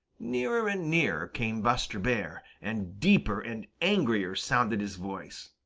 nearer and nearer came buster bear, and deeper and angrier sounded his voice.